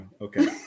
Okay